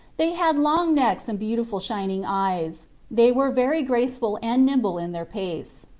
they had long necks and beautiful shining eyes they were very graceful and nimble in their pace.